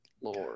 Lord